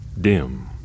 dim